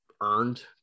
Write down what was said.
earned